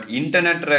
internet